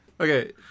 Okay